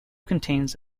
contains